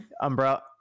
Umbrella